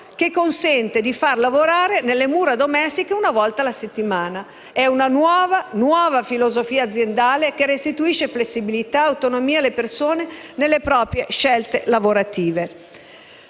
che consente di far lavorare nelle mura domestiche una volta alla settimana. È una nuova filosofia aziendale, che restituisce flessibilità e autonomia alle persone nelle proprie scelte lavorative.